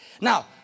Now